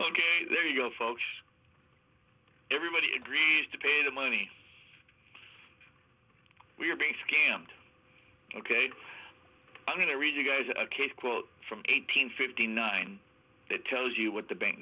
ok there you go folks everybody agrees to pay the money we're being scammed ok i'm going to read you guys a case quote from eight hundred fifty nine that tells you what the bank